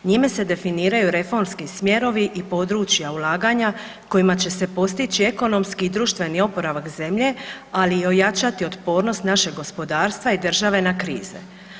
Njime se definiraju reformski smjerovi i područja ulaganja kojima će se postići ekonomski i društveni oporavak zemlje, ali i ojačati otpornost našeg gospodarstva i države na krize.